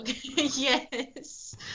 Yes